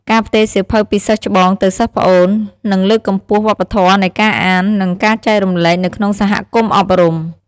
ការផ្ទេរសៀវភៅពីសិស្សច្បងទៅសិស្សប្អូន និងលើកកម្ពស់វប្បធម៌នៃការអាន និងការចែករំលែកនៅក្នុងសហគមន៍អប់រំ។